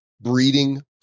breeding